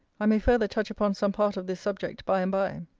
i may further touch upon some part of this subject by-and-by.